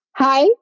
Hi